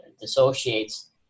dissociates